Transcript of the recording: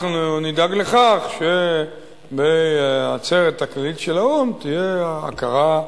אנחנו נדאג לכך שבעצרת הכללית של האו"ם תהיה ההכרה,